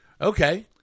Okay